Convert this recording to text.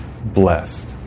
blessed